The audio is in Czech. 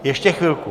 Ještě chvilku...